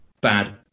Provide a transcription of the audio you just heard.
bad